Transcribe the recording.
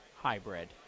hybrid